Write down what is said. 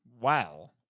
wow